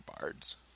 Bards